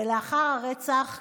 ולאחר הרצח,